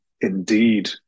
Indeed